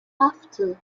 after